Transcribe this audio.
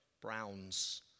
browns